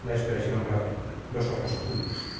la expresión grave los ojos dulces